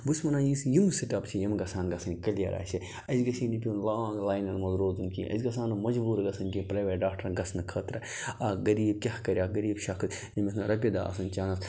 بہٕ چھُس وَنان یُس یہِ یِم سِٹٮ۪پ چھِ یِم گژھَن گژھٕنۍ کٔلیَر اَسہِ اَسہِ گژھِ ہے نہٕ پیوٚن لانٛگ لاینَن منٛز روزُن کیٚنٛہہ أسۍ گژھو نہٕ مجبوٗر گژھٕنۍ کیٚنٛہہ پرٛایویٹ ڈاکٹَرن گژھنہٕ خٲطرٕ اَکھ غریٖب کیٛاہ کَرِ اَکھ غریٖب شخص ییٚمِس نہٕ رۄپیہِ دَہ آسَن چَنٛدَس